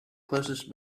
closest